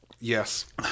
Yes